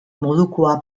modukoa